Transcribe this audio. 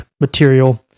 material